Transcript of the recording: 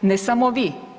Ne samo vi.